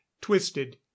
twisted